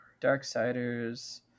Darksiders